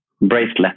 Bracelet